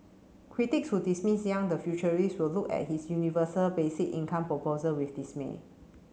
critics who dismiss Yang the futurist will look at his universal basic income proposal with dismay